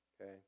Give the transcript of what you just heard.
Okay